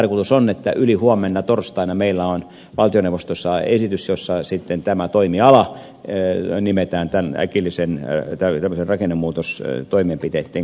tarkoitus on että ylihuomenna torstaina meillä on valtioneuvostossa esitys jossa sitten tämä toimiala nimetään äkillisten rakennemuutostoimenpiteitten kohteeksi